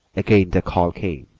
again the call came,